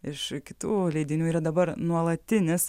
iš kitų leidinių yra dabar nuolatinis